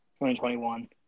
2021